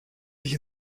sich